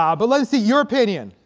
ah but let's see your opinion